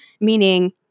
meaning